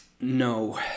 no